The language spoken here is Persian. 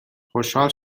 خوشحال